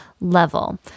level